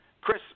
Chris